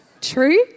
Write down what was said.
true